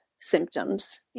symptoms